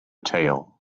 tail